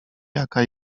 jaka